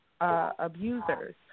Abusers